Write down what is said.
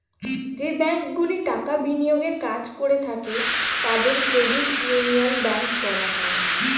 যে ব্যাঙ্কগুলি টাকা বিনিয়োগের কাজ করে থাকে তাদের ক্রেডিট ইউনিয়ন ব্যাঙ্ক বলা হয়